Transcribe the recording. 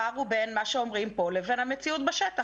הפער הוא בין מה שאומרים כאן לבין המציאות בשטח.